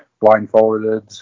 blindfolded